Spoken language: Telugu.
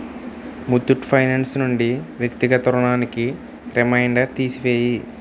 ముతూట్ ఫైనాన్స్ నుండి వ్యక్తిగత రుణానికి రిమైండర్ తీసి వేయి